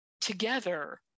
together